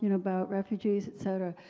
you know about refuges et cetera.